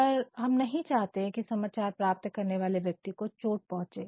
पर हम नहीं चाहते हैं कि समाचार प्राप्त करने वाले व्यक्ति को चोट पहुंचे